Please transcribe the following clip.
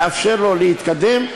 לאפשר לו להתקדם.